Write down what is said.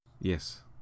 Yes